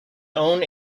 own